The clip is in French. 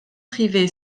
pryvé